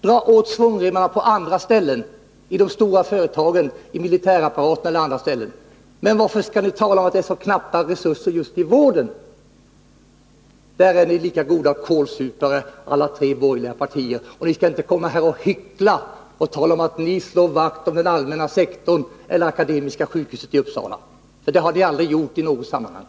Dra åt svångremmen på andra ställen — i de stora företagen eller i militärapparaten! Varför skall ni tala om att det är så knappa resurser just på vårdområdet? I det avseendet är alla tre borgerliga partier lika goda kålsupare. Och ni skall inte komma här och hyckla och säga att ni slår vakt om den allmänna sektorn eller Akademiska sjukhuset i Uppsala, för det har ni inte gjort i något sammanhang!